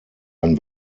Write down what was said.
ein